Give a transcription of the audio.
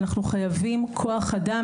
אנחנו חייבים כוח אדם.